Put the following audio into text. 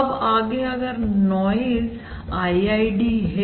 अब आगे अगर नॉइज IID है